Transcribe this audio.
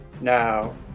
Now